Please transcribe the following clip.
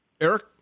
Eric